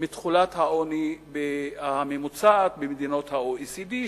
מתחולת העוני הממוצעת במדינות ה-OECD,